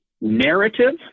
narrative